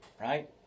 Right